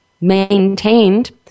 maintained